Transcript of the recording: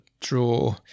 draw